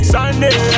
Sunday